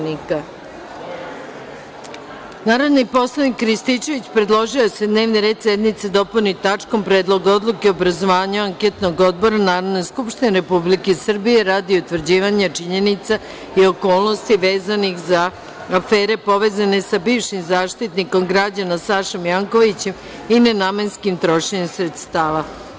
Narodni poslanik Marijan Rističević predložio je da se dnevni red sednice dopuni tačkom – Predlog odluke o obrazovanju anketnog odbora Narodne skupštine Republike Srbije radi utvrđivanja činjenica i okolnosti vezanih za afere povezane sa bivšim Zaštitnikom građana Sašom Jankovićem i nenamenskim trošenjem sredstava.